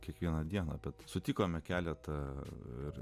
kiekvieną dieną bet sutikome keletą